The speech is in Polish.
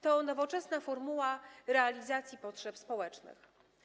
To nowoczesna formuła realizacji potrzeb społecznych.